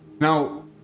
Now